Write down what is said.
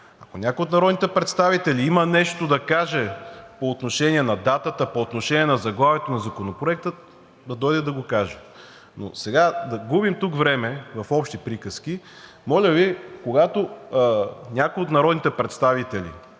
Ако някой от народните представители има нещо да каже по отношение на датата, по отношение на заглавието на Законопроекта, да дойде да го каже. Сега да губим тук време в общи приказки, моля Ви, когато някой от народните представители